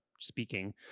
speaking